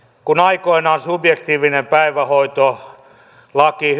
aikoinaan hyväksyttiin subjektiivinen päivähoitolaki